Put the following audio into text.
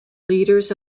leaders